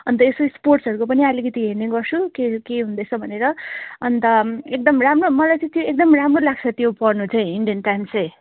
अन्त यसो स्पोर्ट्सहरूको पनि अलिकति हेर्ने गर्छु के के हुँदैछ भनेर अन्त एकदम राम्रो मलाई चाहिँ त्यो एकदम राम्रो लाग्छ त्यो पढनु चाहिँ इन्डियन टाइम्स चाहिँ